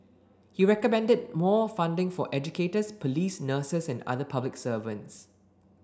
he recommended more funding for educators police nurses and other public servants